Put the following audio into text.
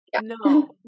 no